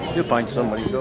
you find somebody